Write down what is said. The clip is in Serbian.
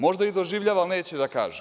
Možda i doživljava, ali neće da kaže.